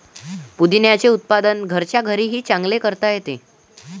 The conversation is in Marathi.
पुदिन्याचे उत्पादन घरच्या घरीही चांगले करता येते